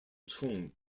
chung